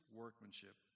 workmanship